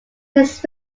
his